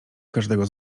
każdego